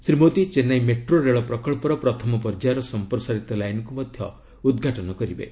Shri Modi Chennai metro ରେଳ ପ୍ରକଳ୍ପର ପ୍ରଥମ ପର୍ଯ୍ୟାୟର ସଂପ୍ରସାରିତ ଲାଇନକୁ ମଧ୍ୟ ଉଦ୍ଘାଟନ କରିବେ